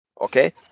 okay